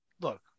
look